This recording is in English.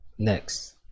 Next